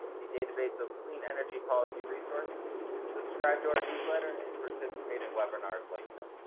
the database of clean energy policy resources subscribed to our and newsletter and participate in webinars like this.